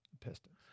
Pistons